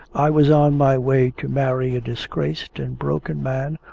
i was on my way to marry a disgraced and broken man,